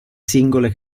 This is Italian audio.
singole